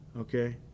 Okay